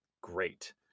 Great